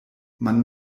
man